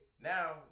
now